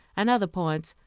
and other points,